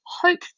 Hope